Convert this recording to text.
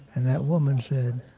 and that woman said,